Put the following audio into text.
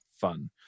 fun